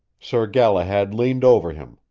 sir galahad leaned over him,